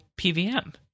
PVM